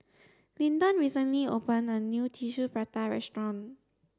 Linton recently opened a new Tissue Prata restaurant